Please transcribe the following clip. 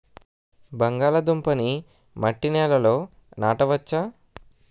బంగాళదుంప నీ మట్టి నేలల్లో నాట వచ్చా?